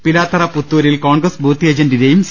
പിലാത്തറ പുത്തൂരിൽ കോൺഗ്രസ് ബൂത്ത് ഏജന്റിന്റെയും സി